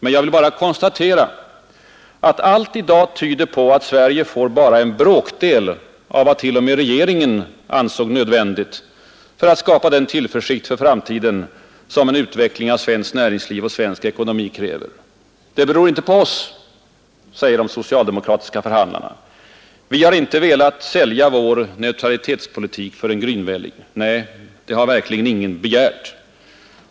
Låt mig bara konstatera, att allt i dag tyder på att Sverige får bara en bråkdel av vad till och med regeringen ansåg nödvändigt för att skapa den tillförsikt för framtiden som en utveckling av svenskt näringsliv och svensk ekonomi kräver. Det beror inte på oss, säger de socialdemokratiska förhandlarna. Vi har inte velat sälja vår neutralitetspolitik för en grynvälling. Nej, det har 83 verkligen ingen begärt.